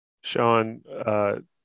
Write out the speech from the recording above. Sean